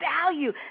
value